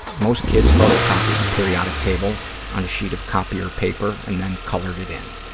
most kids photocopied the periodic table on a sheet of copier paper and then colored it in.